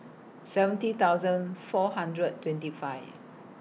seventy thousand four hundred twenty five